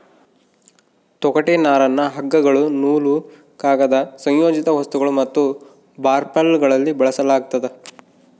ತೊಗಟೆ ನರನ್ನ ಹಗ್ಗಗಳು ನೂಲು ಕಾಗದ ಸಂಯೋಜಿತ ವಸ್ತುಗಳು ಮತ್ತು ಬರ್ಲ್ಯಾಪ್ಗಳಲ್ಲಿ ಬಳಸಲಾಗ್ತದ